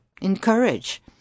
encourage